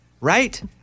Right